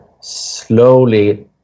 slowly